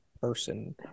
person